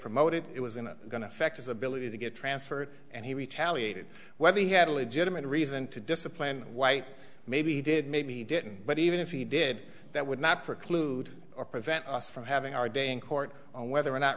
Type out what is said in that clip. promoted it was in going to affect his ability to get transferred and he retaliated whether he had a legitimate reason to discipline white maybe he did maybe he didn't but even if he did that would not preclude or prevent us from having our day in court whether or not